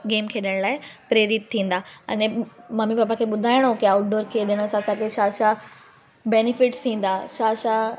game खेॾण लाइ प्रेरित थींदा अने ममी पप्पा खे बुधाइणु की आउटडोर खेॾणु सां असांखे छा छा बेनिफिट्स थींदा छा छा